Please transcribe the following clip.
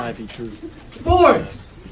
Sports